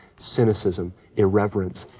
cynicism, irreverence,